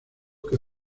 que